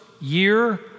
year